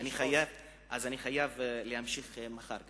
אז אני חייב להמשיך מחר,